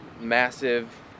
massive